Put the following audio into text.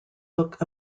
look